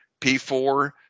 P4